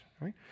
Right